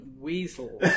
weasel